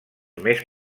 més